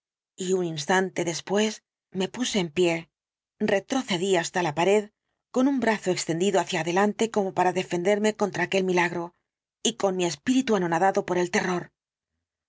y un instante después me puse en pie retrocedí hasta la pared con un brazo extendido hacia adelante como para defenderme contra aquel milagro y con mi espíritu anonadado por el terror